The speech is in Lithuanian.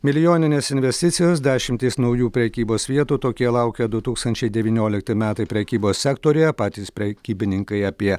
milijoninės investicijos dešimtys naujų prekybos vietų tokie laukia du tūkstančiai devyniolikti metai prekybos sektoriuje patys prekybininkai apie